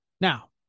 Now